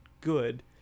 good